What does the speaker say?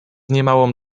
niemałą